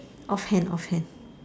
offhand offhand